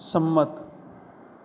સંમત